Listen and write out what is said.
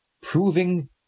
proving